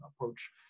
approach